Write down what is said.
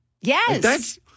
Yes